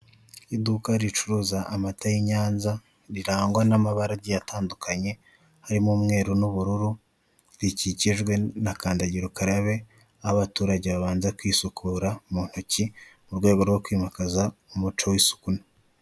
Iduka ricuruza amata y'inyanza rirangwa n'amabara agiye atandukanye, harimo umweru n'ubururu rikikijwe na kandagirukarabe ,abaturage babanza kwisukura mu ntoki ,mu rwego rwo kwimakaza umuco w'isuku ino.